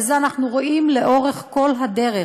ואת זה אנחנו רואים לאורך כל הדרך,